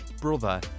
brother